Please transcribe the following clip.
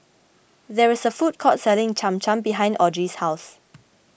there is a food court selling Cham Cham behind Audrey's house